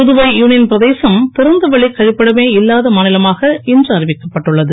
Puduvai union பிரதேசம் திறந்தவெளி கழிப்பிடமே இல்லாத மாநிலமாக இன்று அறிவிக்கப்பட்டுள்ளது